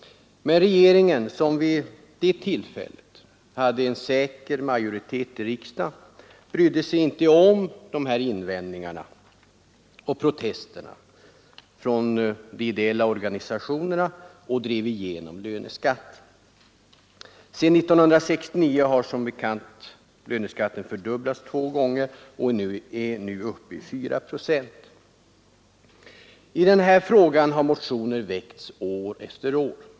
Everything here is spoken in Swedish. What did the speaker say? Men regeringen, som vid det tillfället hade en säker majoritet i riksdagen, brydde sig inte om de här invändningarna och protesterna från de ideella organisationerna och drev igenom löneskatten. Sedan 1969 har som bekant löneskatten fördubblats två gånger och är nu uppe i 4 procent. I den här frågan har motioner väckts år efter år.